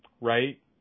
right